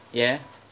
ya